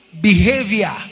behavior